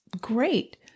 great